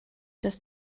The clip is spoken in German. das